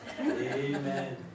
Amen